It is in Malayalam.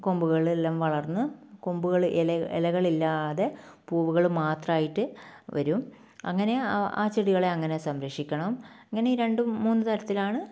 കൊമ്പുകൾ എല്ലാം വളർന്ന് കൊമ്പുകൾ ഇല ഇലകൾ ഇല്ലാതെ പൂവുകൾ മാത്രമായിട്ട് വരും അങ്ങനെ ആ ചെടികളെ അങ്ങനെ സംരക്ഷിക്കണം അങ്ങനെ ഈ രണ്ടും മൂന്ന് തരത്തിലാണ്